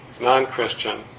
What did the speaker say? non-Christian